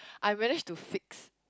I manage to fix